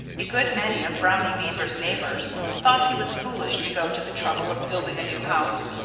a good many of brownie beaver's neighbors thought he was foolish to go to the trouble of building a new house,